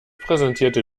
präsentierte